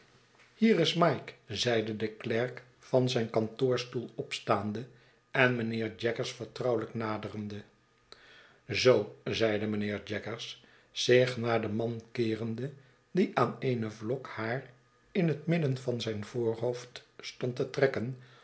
hier is mike zeide de klerk van zijn kantoorstoel opstaande en mijnheer jaggers vertrouwelijk naderende zool zeide mijnheer jaggers zich naar den man keerende die aan eene vlok haar in het midden van zijn voorhoofd stond te trekken